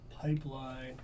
pipeline